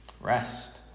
Rest